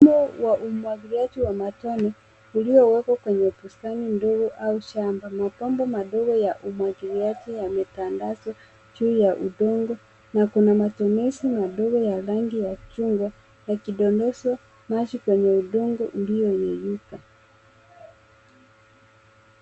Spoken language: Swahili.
Mfumo wa umwagiliaji wa matone uliowekwa kwenye bustani ndogo au shamba. Mabomba madogo ya umwagiliaji yamatendazwa juu ya udongo na kuna matonezi madogo ya rangi ya chungwa yakidondoshwa maji kwa udongo ullioyeyuka.